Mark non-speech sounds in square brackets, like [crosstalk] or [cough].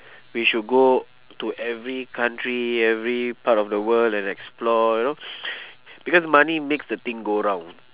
we should go to every country every part of the world and explore you know [noise] because money makes the thing go round